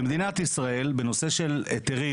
במדינת ישראל בנושא היתרים